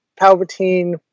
Palpatine